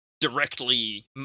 directly